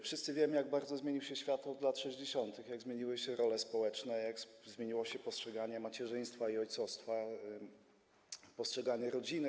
Wszyscy wiemy, jak bardzo zmienił się świat od lat 60., jak zmieniły się role społeczne, jak zmieniło się postrzeganie macierzyństwa i ojcostwa, postrzeganie rodziny.